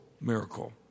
miracle